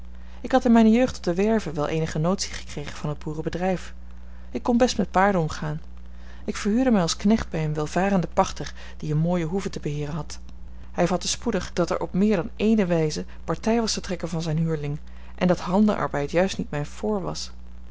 ik had in mijne jeugd op de werve wel eenige notie gekregen van het boerenbedrijf ik kon best met paarden omgaan ik verhuurde mij als knecht bij een welvarenden pachter die eene mooie hoeve te beheeren had hij vatte spoedig dat er op meer dan eene wijze partij was te trekken van zijn huurling en dat handenarbeid juist niet mijn fort was